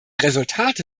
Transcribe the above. resultate